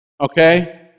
Okay